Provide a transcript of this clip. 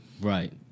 Right